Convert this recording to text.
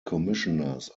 commissioners